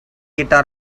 guitar